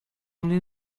mnie